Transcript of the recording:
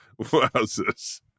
Wowzers